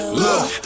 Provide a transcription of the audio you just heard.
look